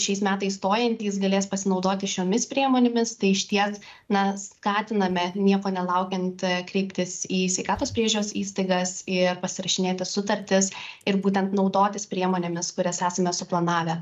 šiais metais stojantys galės pasinaudoti šiomis priemonėmis tai išties na skatiname nieko nelaukiant kreiptis į sveikatos priežiūros įstaigas ir pasirašinėti sutartis ir būtent naudotis priemonėmis kurias esame suplanavę